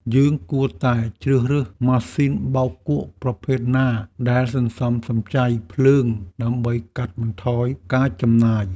យើងគួរតែជ្រើសរើសម៉ាស៊ីនបោកគក់ប្រភេទណាដែលសន្សំសំចៃភ្លើងដើម្បីកាត់បន្ថយការចំណាយ។